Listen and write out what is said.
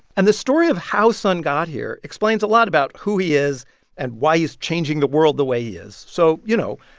and the story of how son got here explains a lot about who he is and why he's changing the world the way he is. so, you know,